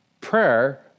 Prayer